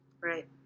Right